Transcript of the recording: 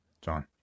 John